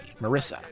Marissa